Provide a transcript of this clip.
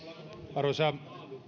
arvoisa